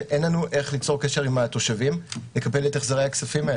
כשאין לנו איך ליצור קשר עם התושבים לקבלת החזרי הכספים.